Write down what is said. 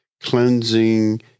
cleansing